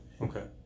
Okay